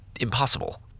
impossible